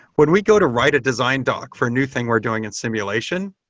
when we go to write a design doc for a new thing we're doing in simulation,